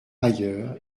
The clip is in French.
ailleurs